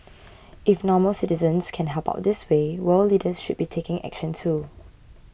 if normal citizens can help out this way world leaders should be taking action too